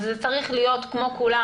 אז זה צריך להיות כמו כולם,